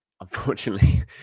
Unfortunately